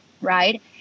right